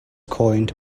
coined